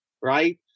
right